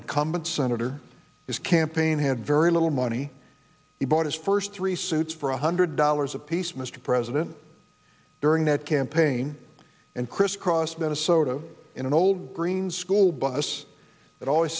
incumbent senator his campaign had very little money he bought his first three suits for one hundred dollars a piece mr president during that campaign and crisscrossed minnesota in an old green school bus that always